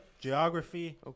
geography